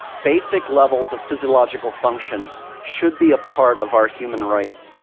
basic levels of physiological function should be a part of our human rights.